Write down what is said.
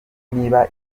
niba